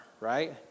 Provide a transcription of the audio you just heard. right